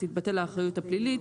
תתבטל האחריות הפלילית,